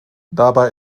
dabei